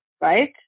right